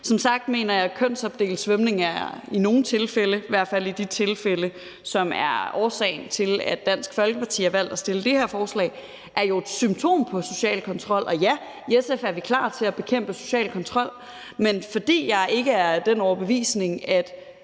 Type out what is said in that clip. Som sagt mener jeg, at kønsopdelt svømning i nogle tilfælde, i hvert fald i de tilfælde, som er årsagen til, at Dansk Folkeparti har valgt at fremsætte det her forslag, jo er et symptom på social kontrol. Og ja, i SF er vi klar til at bekæmpe social kontrol, men fordi jeg ikke er af den overbevisning, at